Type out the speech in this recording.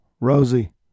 Rosie